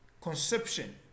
conception